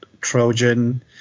Trojan